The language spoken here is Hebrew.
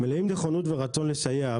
מלאים בנכונות וברצון לסייע.